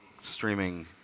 streaming